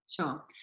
Sure